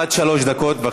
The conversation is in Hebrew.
בבקשה, עד שלוש דקות.